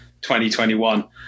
2021